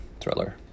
thriller